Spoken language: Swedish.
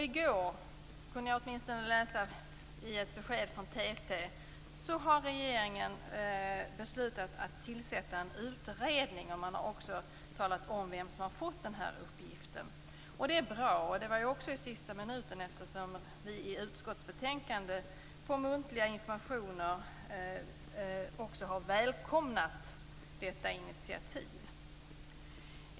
I går har regeringen, kunde jag läsa i ett besked från TT, beslutat att tillsätta en utredning. Man har också talat om vem som har fått uppgiften. Det är bra. Det var i sista minuten. Vi har i utskottet på muntliga informationer välkomnat detta initiativ.